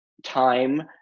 time